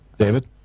David